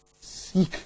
seek